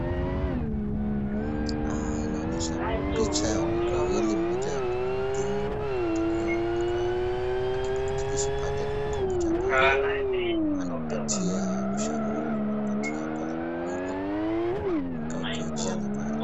Inaonyesha picha ya wanawake wawili, mmoja mhudumu na mhudumiwa. Amekaa na kipakatalishi pale. Kuna kompyuta pale anampatia ushauri, anampatia pale mawaidha. Inakaa wakihojiana pale.